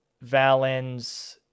Valens